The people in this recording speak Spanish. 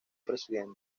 presidente